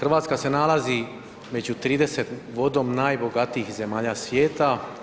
RH se nalazi među 30 vodom najbogatijih zemalja svijeta.